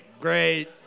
great